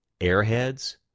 Airheads